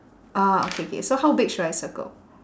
ah okay K so how big should I circle